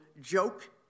joke